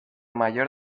mayor